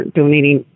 donating